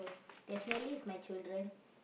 definitely is my children